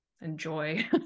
enjoy